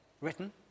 written